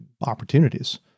opportunities